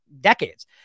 decades